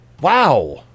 Wow